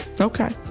Okay